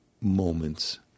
moments